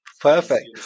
perfect